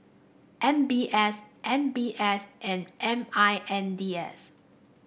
M B S M B S and M I N D S